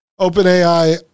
OpenAI